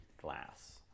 glass